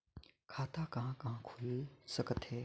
खाता कहा कहा खुल सकथे?